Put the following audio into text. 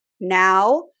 now